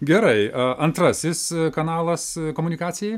gerai antrasis kanalas komunikacijai